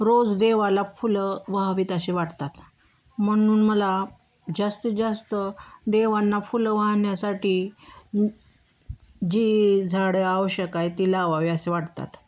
रोज देवाला फुलं वहावीत असे वाटतात म्हणून मला जास्तीत जास्त देवांना फुलं वाहण्यासाठी जी झाडं आवश्यक आहे ती लावावी असे वाटतात